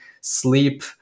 sleep